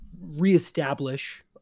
reestablish